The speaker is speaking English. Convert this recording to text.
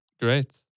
Great